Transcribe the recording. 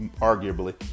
arguably